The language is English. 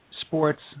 sports